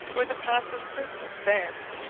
where the passive prisoner stands,